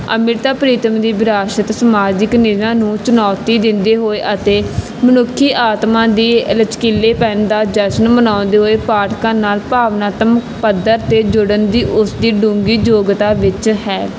ਅਮ੍ਰਿੰਤਾ ਪ੍ਰੀਤਮ ਦੀ ਵਿਰਾਸਤ ਸਮਾਜਿਕ ਨਿਗਾ ਨੂੰ ਚੁਣੌਤੀ ਦਿੰਦੇ ਹੋਏ ਅਤੇ ਮਨੁੱਖੀ ਆਤਮਾ ਦੀ ਲਚਕੀਲੇਪਣ ਦਾ ਜਸ਼ਨ ਮਨਾਉਂਦੇ ਹੋਏ ਪਾਠਕਾਂ ਨਾਲ ਭਾਵਨਾਤਮਕ ਪੱਧਰ 'ਤੇ ਜੁੜਨ ਦੀ ਉਸਦੀ ਡੂੰਗੀ ਯੋਗਤਾ ਵਿੱਚ ਹੈ